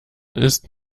ist